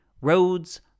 roads